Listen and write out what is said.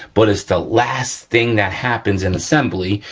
but it's the last thing that happens in assembly,